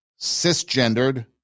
cisgendered